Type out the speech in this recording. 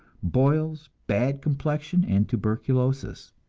boils, bad complexion, and tuberculosis.